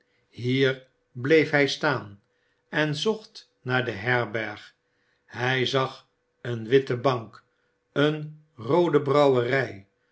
hier bleef hij staan en zocht naar de herberg hij zag een witte bajik een roode brouwerij